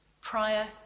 prior